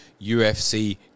UFC